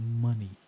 money